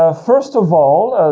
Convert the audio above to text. ah first of all,